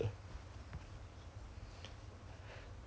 those just posted the those kind of job application right